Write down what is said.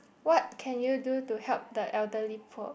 what can you do to help the elderly poor